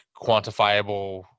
quantifiable